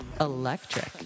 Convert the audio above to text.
Electric